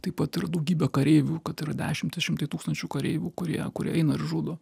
taip pat yra daugybė kareivių kad yra dešimtys šimtai tūkstančių kareivių kurie kurie eina ir žudo